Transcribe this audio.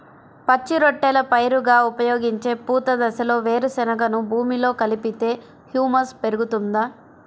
పచ్చి రొట్టెల పైరుగా ఉపయోగించే పూత దశలో వేరుశెనగను భూమిలో కలిపితే హ్యూమస్ పెరుగుతుందా?